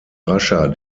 rascher